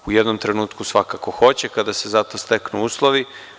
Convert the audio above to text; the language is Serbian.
U jednom trenutku svakako hoće, kada se za to steknu uslovi.